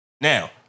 Now